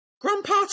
Grandpa